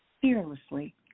fearlessly